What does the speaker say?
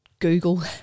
Google